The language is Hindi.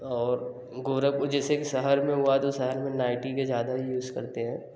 और गोरखपुर जैसे कि शहर में हुआ तो शहर में नाइटी का ज़्यादा यूज करते हैं